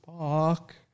fuck